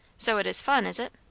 so it is fun, is it?